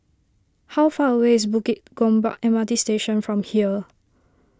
how far away is Bukit Gombak M R T Station from here